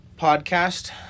Podcast